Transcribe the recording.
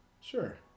Sure